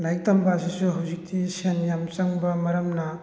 ꯂꯥꯏꯔꯤꯛ ꯇꯝꯕ ꯑꯁꯤꯁꯨ ꯍꯧꯖꯤꯛꯇꯤ ꯁꯦꯜ ꯌꯥꯝ ꯆꯪꯕ ꯃꯔꯝꯅ